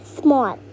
small